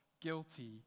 guilty